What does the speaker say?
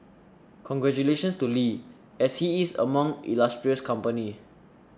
congratulations to Lee as he is among illustrious company